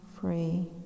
free